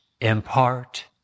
impart